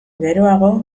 geroago